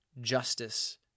justice